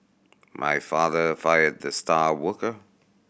my father fired the star worker